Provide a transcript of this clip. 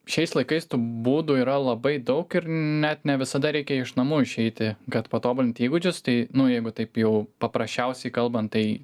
šiais laikais tų būdų yra labai daug ir net ne visada reikia iš namų išeiti kad patobulinti įgūdžius tai nu jeigu taip jau paprasčiausiai kalbant tai